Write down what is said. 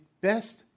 best